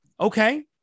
Okay